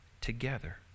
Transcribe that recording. together